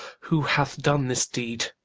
who hath done this deed?